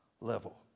level